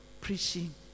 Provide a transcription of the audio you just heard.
preaching